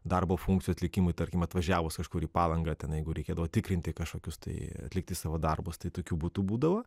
darbo funkcijų atlikimui tarkim atvažiavus kažkur į palangą ten jeigu reikėdavo tikrinti kažkokius tai atlikti savo darbus tai tokių butų būdavo